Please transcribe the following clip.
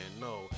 No